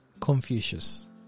Confucius